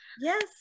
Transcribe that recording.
Yes